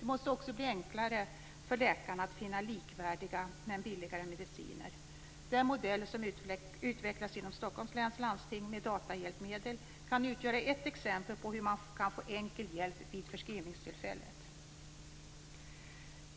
Det måste också bli enklare för läkarna att finna likvärdiga men billigare mediciner. Den modell som utvecklats inom Stockholms läns landsting med datahjälpmedel kan utgöra ett exempel på hur man kan få enkel hjälp vid förskrivningstillfället.